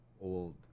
old